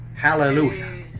Hallelujah